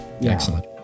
excellent